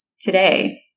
today